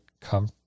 come